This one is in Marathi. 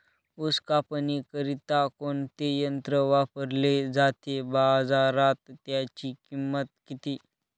ऊस कापणीकरिता कोणते यंत्र वापरले जाते? बाजारात त्याची किंमत किती?